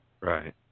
right